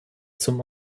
zum